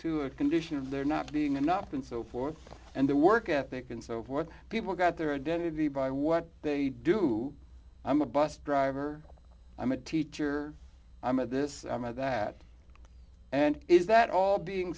to a condition of their not being enough and so forth and the work ethic and so forth people got their identity by what they do i'm a bus driver i'm a teacher i'm at this i'm a that and is that all being